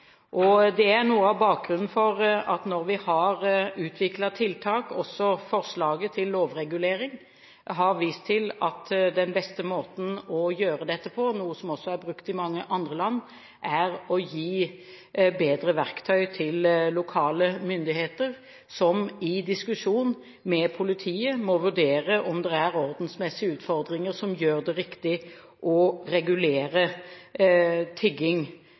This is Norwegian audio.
hovedstaden. Det er noe av bakgrunnen for at når vi har utviklet tiltak, også forslaget til lovregulering, har vi vist til at den beste måten å gjøre dette på – noe som også er brukt i mange andre land – er å gi bedre verktøy til lokale myndigheter, som i diskusjon med politiet må vurdere om det er ordensmessige utfordringer som gjør det riktig å regulere tigging.